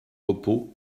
repos